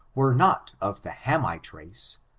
were not of the hamite race,